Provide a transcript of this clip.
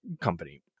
company